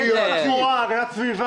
לאחר מכן יש הצעות לסדר.